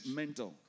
mental